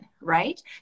right